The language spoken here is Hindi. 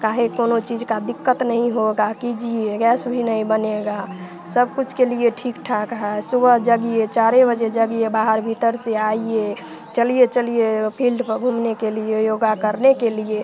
काहे कौनो चीज का दिक्कत नहीं होगा कीजिए गैस भी नहीं बनेगा सब कुछ के लिए ठीक ठाक है सुबह जागिए चार बजे जागिए बाहर भीतर से आइए चलिए चलिए फ़ील्ड पे घूमने के लिए योगा करने के लिए